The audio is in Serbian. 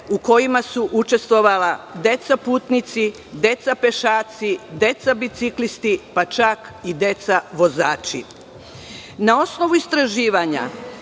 u kojima su učestvovala deca putnici, deca pešaci, deca biciklisti, pa čak i deca vozači. Na osnovu istraživanja